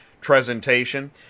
presentation